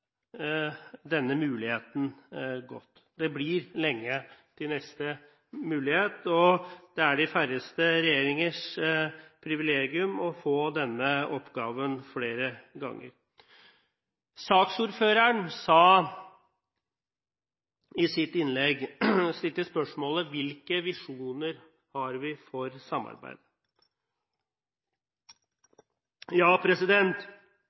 denne muligheten godt. Det blir lenge til neste mulighet, og det er de færreste regjeringers privilegium å få denne oppgaven flere ganger. Saksordføreren stilte i sitt innlegg spørsmålet: Hvilke visjoner har vi for